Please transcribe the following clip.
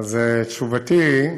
אז תשובתי,